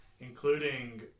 including